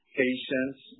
patients